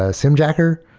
ah simjacker?